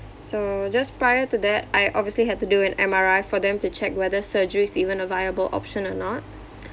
so just prior to that I obviously had to do an M_R_I for them to check whether surgery is even a viable option or not